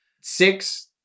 Six